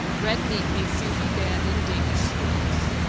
red meat may soon be banned in danish schools.